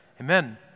amen